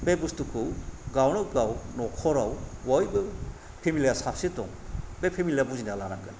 बे बुस्थुखौ गावनो गाव न'खराव बयबो फेमिलि आ साबेसे दं बे फेमिलि आ बुजिना लानांगोन